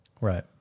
Right